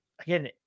again